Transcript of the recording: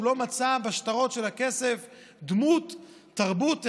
לא מצא לשטרות של הכסף דמות תרבות אחת,